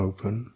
Open